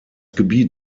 gebiet